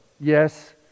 yes